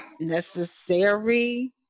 necessary